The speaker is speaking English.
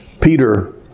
Peter